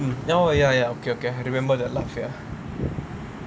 oh ya ya okay okay I remember that laugh ya